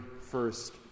first